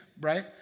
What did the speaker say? Right